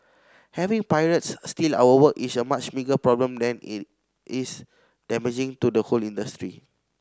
having pirates steal our work is a much bigger problem that it is damaging to the whole industry